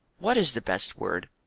what is the best word!